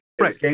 right